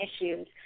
issues